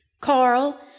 Carl